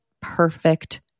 perfect